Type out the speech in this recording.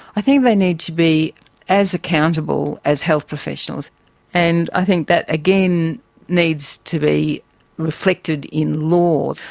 i think they need to be as accountable as health professionals and i think that again needs to be reflected in law.